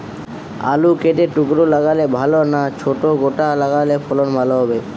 আলু কেটে টুকরো লাগালে ভাল না ছোট গোটা লাগালে ফলন ভালো হবে?